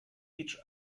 each